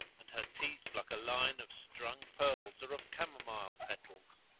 and her teeth like a line of strung pearls or of camomile petals.